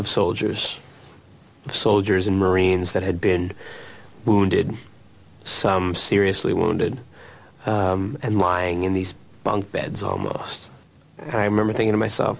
of soldiers soldiers and marines that had been wounded some seriously wounded and lying in these bunk beds almost and i remember thinking to myself